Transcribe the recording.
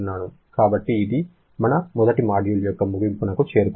కాబట్టి అది మన మొదటి మాడ్యూల్ యొక్క ముగింపునకు చేరుకున్నాము